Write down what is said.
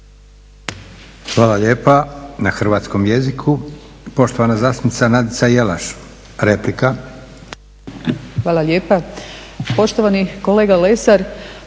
Hvala lijepa na hrvatskom jeziku. Poštovana zastupnica Nadica Jelaš, replika. **Jelaš, Nadica (SDP)** Hvala lijepa. Poštovani kolega Lesar,